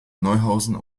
neuhausen